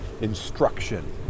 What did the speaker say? instruction